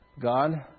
god